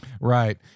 Right